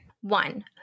One